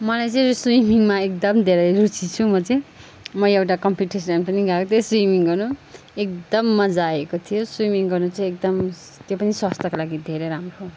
मलाई चाहिँ स्विमिङमा एकदम धेरै रुचि छु म चाहिँ म एउटा कम्पिटिसन पनि गएको थिएँ स्विमिङ गर्नु एकदम मजा आएको थियो स्विमिङ गर्नु चाहिँ एकदम त्यो पनि स्वास्थ्यको लागि धेरै राम्रो हो